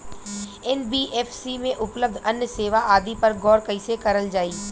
NBFC में उपलब्ध अन्य सेवा आदि पर गौर कइसे करल जाइ?